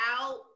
out